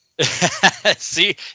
See